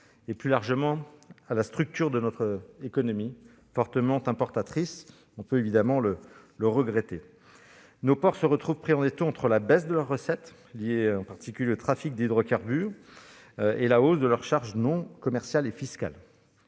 et plus largement à la structure de notre économie, fortement importatrice- nous pouvons évidemment le regretter. Nos ports se retrouvent pris en étau entre la baisse de leurs recettes, liées en particulier au trafic d'hydrocarbures, et la hausse de leurs charges non commerciales et fiscales-